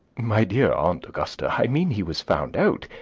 my dear aunt augusta, i mean he was found out!